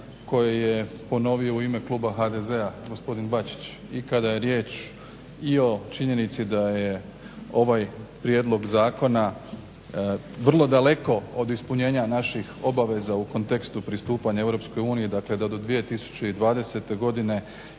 Hvala i vama.